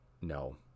no